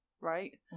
right